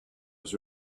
was